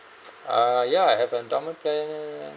uh ya I have endowment plan